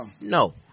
No